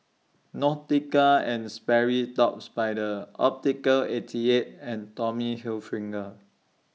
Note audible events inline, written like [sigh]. Nautica and Sperry Top Spider Optical eighty eight and Tommy [unintelligible]